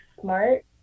smart